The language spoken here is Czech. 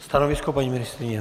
Stanovisko paní ministryně?